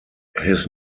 his